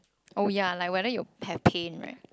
oh ya like whether you have pain right